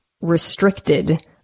restricted